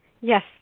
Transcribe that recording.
Yes